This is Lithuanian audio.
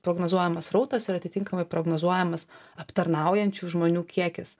prognozuojamas srautas ir atitinkamai prognozuojamas aptarnaujančių žmonių kiekis